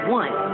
one